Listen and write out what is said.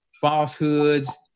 falsehoods